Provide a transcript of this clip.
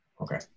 Okay